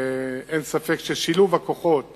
אין ספק ששילוב הכוחות